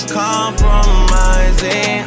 compromising